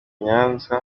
nyanza